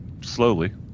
slowly